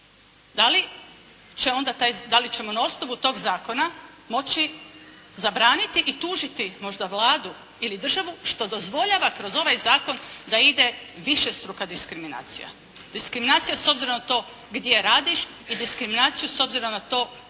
da li ćemo na osnovu tog zakona moći zabraniti i tužiti možda Vladu ili državu što dozvoljava kroz ovaj zakon da ide višestruka diskriminacija, diskriminacija s obzirom na to gdje radiš i diskriminaciju s obzirom na to koji